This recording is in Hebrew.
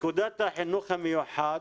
החינוך המיוחד